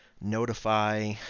notify